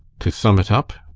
to sum it up,